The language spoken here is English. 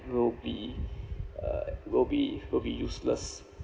will be uh will be will be useless